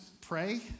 pray